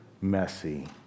messy